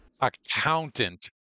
accountant